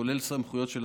כולל סמכויות אכיפה.